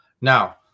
Now